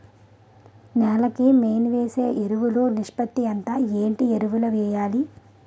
నేల కి మెయిన్ వేసే ఎరువులు నిష్పత్తి ఎంత? ఏంటి ఎరువుల వేయాలి?